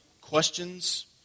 questions